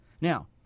Now